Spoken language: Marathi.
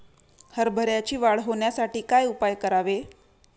हरभऱ्याची वाढ होण्यासाठी काय उपाय करावे?